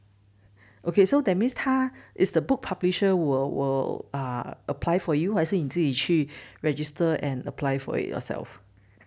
okay so that means 他 is the book publisher will will will ah apply for you 还是你自己去 register and apply for it yourself